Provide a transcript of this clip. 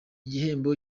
gihembo